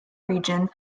region